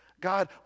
God